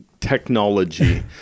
technology